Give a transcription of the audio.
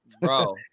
Bro